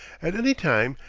at any time,